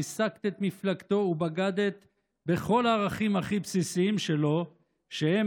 ריסקת את מפלגתו ובגדת בכל הערכים הכי בסיסיים שלו שהם